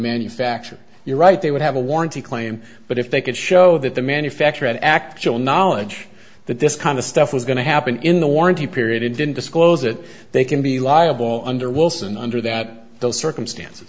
manufacturer you're right they would have a warranty claim but if they could show that the manufacturer of actual knowledge that this kind of stuff was going to happen in the warranty period and didn't disclose that they can be liable under wilson under that those circumstances